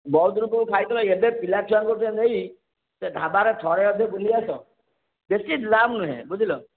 ବହୁତ ଦୂରକୁ ଖାଇଥିଲ ଏବେ ପିଲାଛୁଆଙ୍କୁ ଟିକିଏ ନେଇ ସେ ଢ଼ାବାରେ ଥରେ ଅଧେ ବୁଲିଆସ ବେଶୀ ଦାମ ନୁହେଁ ବୁଝିଲ